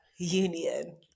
Union